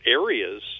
areas